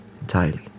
entirely